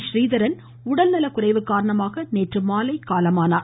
றீதரன் உடல்நலக்குறைவு காரணமாக நேற்று மாலை காலமானார்